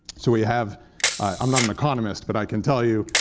so we have i'm not an economist, but i can tell you,